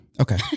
Okay